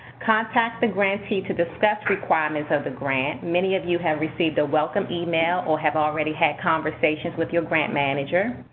contact the grantee to discuss requirements of the grant. many of you have received a welcome email or have already had conversations with your grant manager.